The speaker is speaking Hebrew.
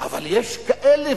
אבל יש כאלה,